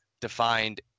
defined